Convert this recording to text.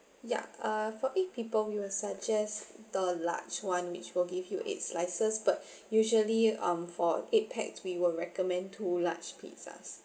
ya uh for eight people we will suggest the large [one] which will give you eight slices but usually um for eight pax we will recommend two large pizzas